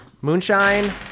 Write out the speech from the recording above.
Moonshine